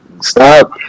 stop